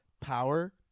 power